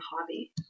hobby